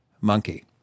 monkey